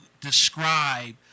describe